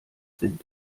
sind